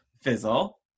fizzle